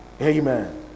Amen